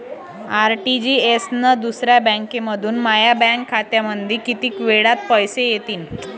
RTGS न दुसऱ्या बँकेमंधून माया बँक खात्यामंधी कितीक वेळातं पैसे येतीनं?